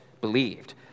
believed